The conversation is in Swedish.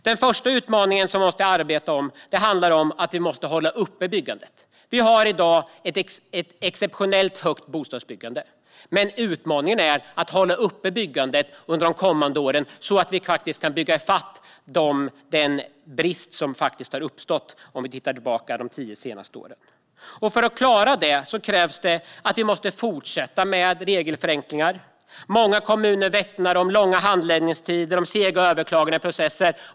Den första utmaningen som vi ska arbeta med handlar om att vi måste hålla igång byggandet. Vi har ett exceptionellt stort bostadsbyggande i dag. Men utmaningen är att hålla igång byggandet de kommande åren, så att vi faktiskt kan bygga bort den brist som har uppstått de senaste tio åren. För att klara det krävs det att vi fortsätter att göra regelförenklingar. Många kommuner vittnar om långa handläggningstider och sega överklagandeprocesser.